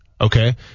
okay